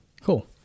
cool